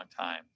time